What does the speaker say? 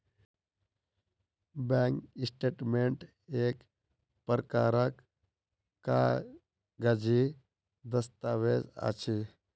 bank statement एक प्रकारक कागजी दस्तावेज अछि